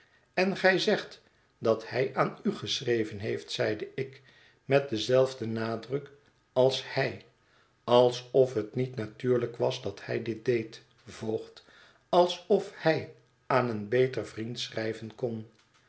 en gij zegt dat hij aan u geschreven heeft zeide ik met denzelfden nadruk als hij alsof het niet natuurlijk was dat hij dit deecli voogd alsof hij aan een beter vriend schrijven kon